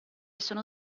sono